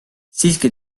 siiski